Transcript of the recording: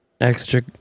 Extra